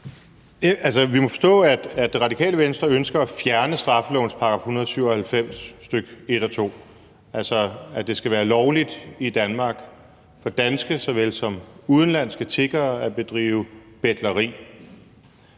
Vi må forstå, at Radikale Venstre ønsker at fjerne straffelovens § 197, stk. 1 og 2, altså at det skal være lovligt i Danmark for danske såvel som udenlandske tiggere at bedrive betleri.